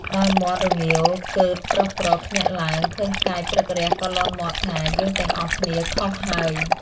ដល់មាន់រងាវកឺតប្រុសៗភ្ញាក់ឡើង ឃើញផ្កាយព្រឹករះក៏លាន់មាត់ថា «យើងទាំងអស់គ្នាខុសហើយ។